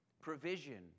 provision